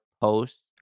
posts